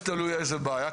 תלוי איזו בעיה,